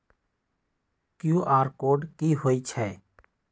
QR code कि हई छई?